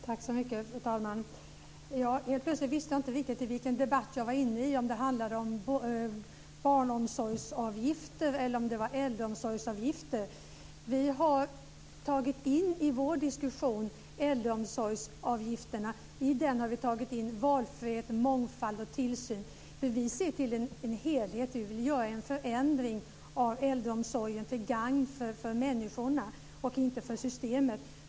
Fru talman! Helt plötsligt visste jag inte riktigt vilken debatt jag var inne i. Handlar det om barnomsorgsavgifter eller om äldreomsorgsavgifter? I vår diskussion om äldreomsorgsavgifterna har vi fört in valfrihet, mångfald och tillsyn. Vi ser nämligen till en helhet, och vi vill göra en förändring av äldreomsorgen till gagn för människorna och inte för systemet.